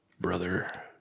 Brother